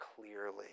clearly